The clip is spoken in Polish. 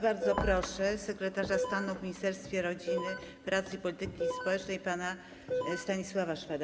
Bardzo proszę sekretarza stanu w Ministerstwie Rodziny, Pracy i Polityki Społecznej pana Stanisława Szweda.